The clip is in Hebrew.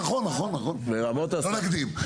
אה נכון, לא נקדים.